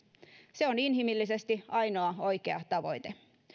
se on inhimillisesti ainoa oikea tavoite